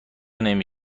نمی